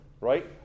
right